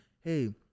hey